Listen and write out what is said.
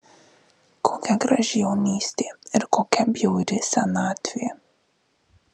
kokia graži jaunystė ir kokia bjauri senatvė